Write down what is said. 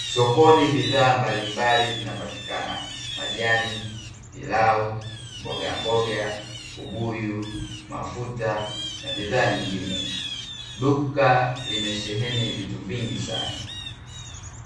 Sokoni bidhaa mbalimbali zinapatikana majani, pilau, mbogamboga, ubuyu mafuta, na bidhaa nyingine, duka limesheheni vitu vingi sana,